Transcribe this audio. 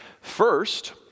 First